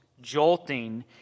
jolting